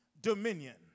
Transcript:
dominion